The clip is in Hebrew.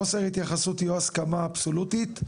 חוסר התייחסות היא או הסכמה אבסולוטית,